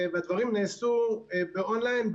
והדברים נעשו באון-ליין.